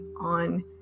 on